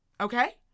Okay